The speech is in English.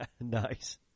Nice